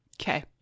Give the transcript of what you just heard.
Okay